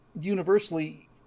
universally